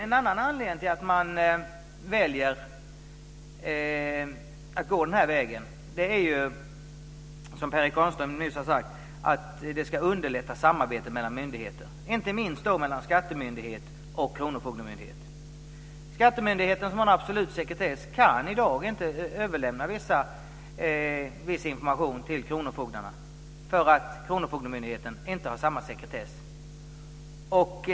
En annan anledning till att man väljer att gå den här vägen är att, som Per Erik Granström nyss har sagt, att det ska underlätta samarbetet mellan myndigheter. Det gäller inte minst samarbetet mellan skattemyndighet och kronofogdemyndighet. Skattemyndigheten som har en absolut sekretess kan i dag inte överlämna viss information till kronofogden eftersom kronofogdemyndigheten inte har samma sekretess.